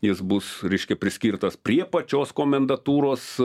jis bus reiškia priskirtas prie pačios komendatūros